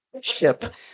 ship